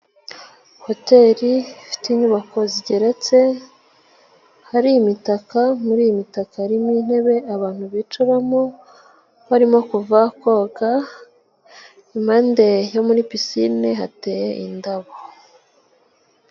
Hoteri ifite inyubako zigeretse hari imitaka, muri iyi mitaka harimo intebe abantu bicaramo barimo kuva koga, impande yo muri pisine hateye indabo.